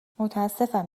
متاسفم